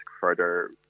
further